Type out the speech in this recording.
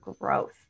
growth